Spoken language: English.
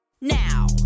now